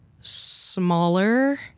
smaller